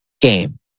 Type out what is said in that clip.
game